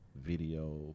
video